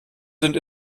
sind